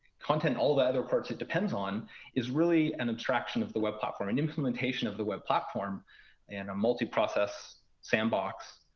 all the other parts it depends on is really an attraction of the web platform, an implementation of the web platform and a multi-process sandbox.